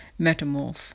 metamorph